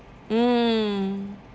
mm